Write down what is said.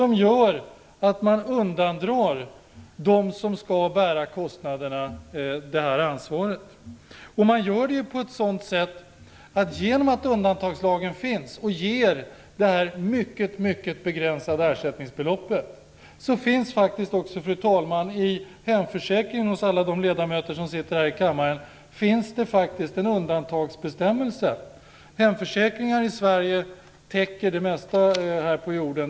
Man undandrar dem som skall bära kostnaderna detta ansvar. Genom att undantagslagen finns, vilket ger detta mycket begränsade ersättningsbelopp, finns det också en undantagsbestämmelse i hemförsäkringen hos alla de ledamöter som sitter här i kammaren. Hemförsäkringar i Sverige täcker det mesta här på jorden.